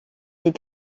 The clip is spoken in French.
est